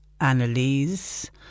Annalise